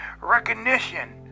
recognition